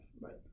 right